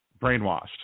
brainwashed